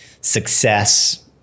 success